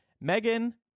Megan